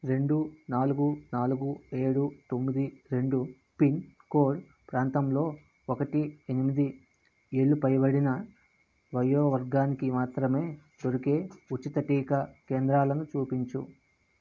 రెండు నాలుగు నాలుగు ఏడు తొమ్మిది రెండు పిన్కోడ్ ప్రాంతంలో ఒకటి ఎనిమిది ఏళ్ళు పైబడిన వయో వర్గానికి మాత్రమే దొరికే ఉచిత టీకా కేంద్రాలను చూపించు